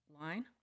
line